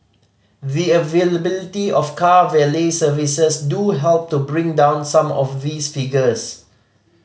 the availability of car valet services do help to bring down some of these figures